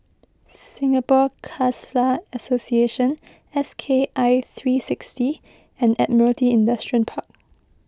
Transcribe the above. Singapore Khalsa Association S K I three sixty and Admiralty Industrial Park